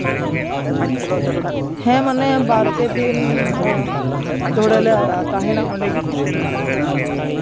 ᱦᱮᱸ ᱢᱟᱱᱮ ᱵᱟᱨᱯᱮ ᱫᱤᱱ ᱫᱷᱚᱲᱮ ᱞᱮ ᱛᱟᱦᱮᱱᱟ ᱚᱸᱰᱮ ᱜᱤ